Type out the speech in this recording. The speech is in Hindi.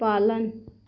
पालन